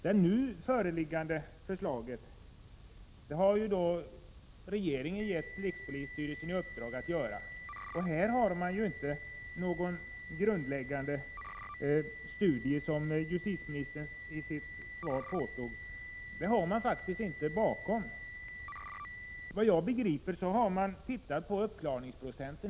Det nu föreliggande förslaget har regeringen givit rikspolisstyrelsen i uppdrag att ta fram. Här har man faktiskt inte någon grundläggande studie bakom, något som justitieministern påstod i sitt svar. Såvitt jag begriper har man tittat på uppklaringsprocenten.